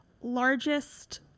largest